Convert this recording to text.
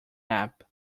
app